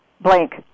Blank